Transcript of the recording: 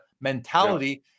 mentality